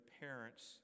parents